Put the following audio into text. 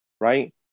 right